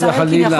חס וחלילה,